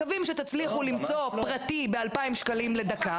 מקווים שתצליחו למצוא פרטי ב-2,000 שקלים לדקה,